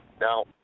Now